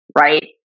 Right